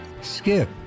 Skip